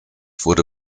wurde